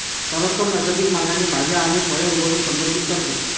सर्वोत्तम नैसर्गिक मार्गाने भाज्या आणि फळे उगवणे संदर्भित करते